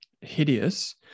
hideous